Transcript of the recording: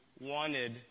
wanted